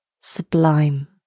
sublime